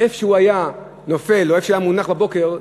המקום שהוא היה מונח בו בבוקר,